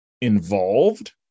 involved